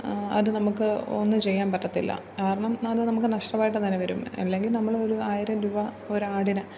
അത് നമുക്ക് ഒന്നും ചെയ്യാൻ പറ്റത്തില്ല കാരണം അത് നമുക്ക് നഷ്ടമായിട്ട് തന്നെ വരും അല്ലെങ്കിൽ നമ്മൾ ഒരു ആയിരം രൂപ ഒരാടിന്